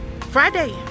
Friday